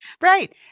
Right